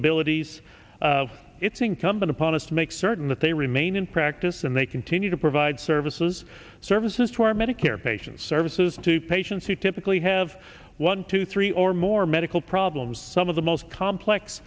abilities it's incumbent upon us to make certain that they remain in practice and they continue to provide services services to our medicare patients services to patients who typically have one two three or more medical problems some of the most complex